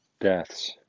deaths